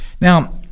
Now